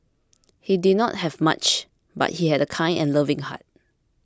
he did not have much but he had a kind and loving heart